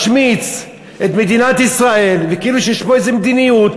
משמיץ את מדינת ישראל כאילו שיש פה איזו מדיניות